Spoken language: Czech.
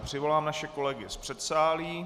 Přivolám naše kolegy z předsálí.